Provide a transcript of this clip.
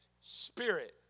spirit